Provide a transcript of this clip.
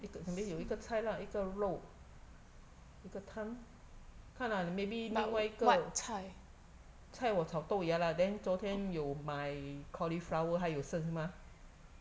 一个 then 有一个菜啦一个肉一个汤看啦 maybe 另外一个菜我炒豆芽啦 then 昨天有买 cauliflower 还有剩是吗